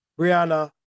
Brianna